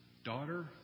Daughter